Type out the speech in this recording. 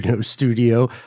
Studio